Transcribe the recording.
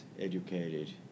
educated